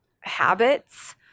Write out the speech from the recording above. habits